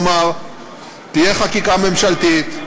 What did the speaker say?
כלומר, תהיה חקיקה ממשלתית,